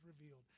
revealed